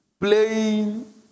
playing